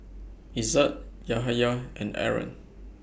Izzat Yahaya and Aaron